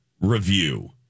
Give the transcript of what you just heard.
review